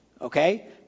okay